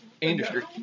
Industry